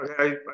Okay